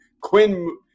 Quinn